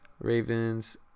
Ravens